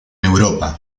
europa